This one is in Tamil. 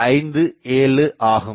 1157 ஆகும்